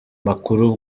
makuru